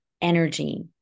energy